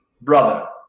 brother